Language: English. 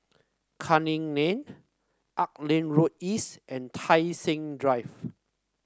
Canning Lane Auckland Road East and Tai Seng Drive